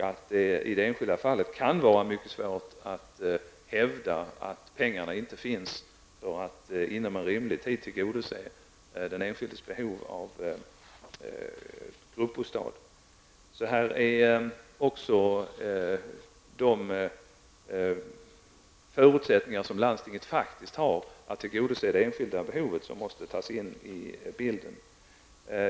Det kan i vissa fall vara mycket svårt att hävda att det inte finns pengar för att inom rimlig tid tillgodose den enskildes behov av gruppbostad. De förutsättningar som landstinget faktiskt har att tillgodose det enskilda behovet måste tas med i bilden.